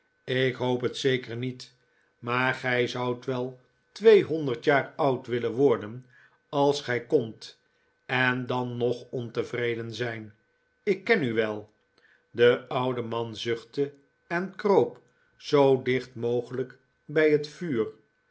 ik hoop het zeker niet maar gij zoudt wel tweehonderd jaar oud willen worden als gij kondt en dan nog ontevreden zijn ik ken u wel de oude man zuohtte en kroop zoo dicht mogelijk bij het vuur